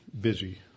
busy